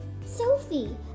Sophie